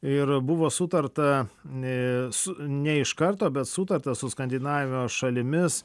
ir buvo sutarta e su ne iš karto bet sutarta su skandinavijos šalimis